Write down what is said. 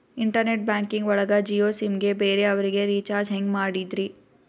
Internet banking ಒಳಗ Jio SIM ಗೆ ಬೇರೆ ಅವರಿಗೆ ರೀಚಾರ್ಜ್ ಹೆಂಗ್ ಮಾಡಿದ್ರಿ?